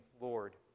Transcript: Lord